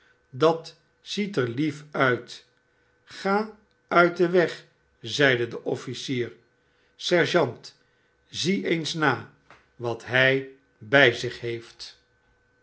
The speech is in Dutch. dat ziet er lief uit ga uit den weg zeide de officier sergeant zie eens na wat hij bij zich heeft